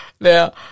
now